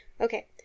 Okay